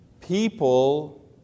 people